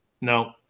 No